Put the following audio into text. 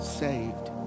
saved